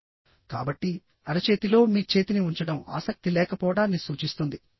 కాబట్టిఅరచేతిలో మీ చేతిని ఉంచడం ఆసక్తి లేకపోవడాన్ని సూచిస్తుంది